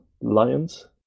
lions